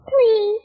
Please